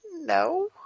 No